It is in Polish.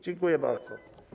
Dziękuję bardzo.